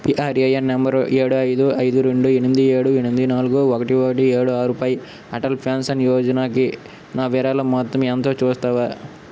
PRAN number ఏడు ఐదు ఐదు రెండు ఎనిమిది ఏడు ఎనిమిది నాలుగు ఒకటి ఒకటి ఏడు ఆరు పై అటల్ పెన్షన్ యోజనాకి నా విరాళం మొత్తం ఎంతో చూస్తావా